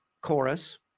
chorus